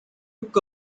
took